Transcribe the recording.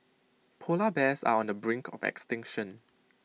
Polar Bears are on the brink of extinction